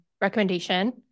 recommendation